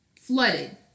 Flooded